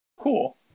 cool